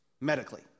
medically